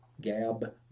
Gab